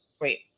Wait